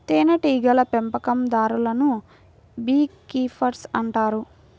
తేనెటీగల పెంపకందారులను bee keepers అంటారు